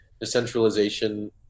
decentralization